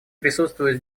присутствуют